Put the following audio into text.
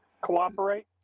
Cooperate